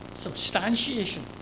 substantiation